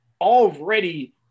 Already